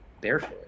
barefoot